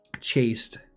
Chased